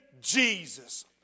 Jesus